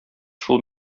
шул